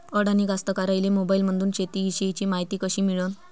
अडानी कास्तकाराइले मोबाईलमंदून शेती इषयीची मायती कशी मिळन?